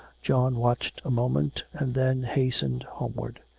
john watched a moment, and then hastened homeward.